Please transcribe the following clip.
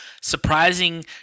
surprising